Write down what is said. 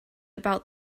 about